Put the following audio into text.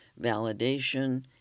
validation